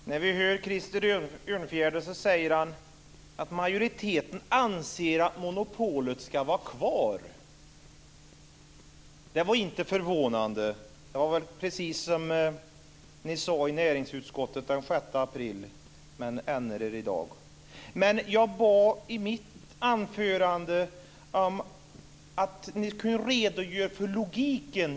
Herr talman! Vi hör Krister Örnfjäder säga att majoriteten anser att monopolet ska vara kvar. Det var inte förvånande! Det var väl precis som ni sade i näringsutskottet den 6 april, men ännu i dag. Jag bad i mitt anförande att ni skulle redogöra för logiken.